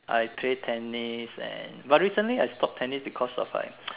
I play tennis and but recently I stop tennis because of my